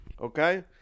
Okay